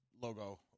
logo